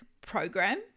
program